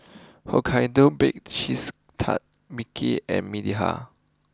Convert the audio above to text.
Hokkaido Baked Cheese Tart Vicks and Mediheal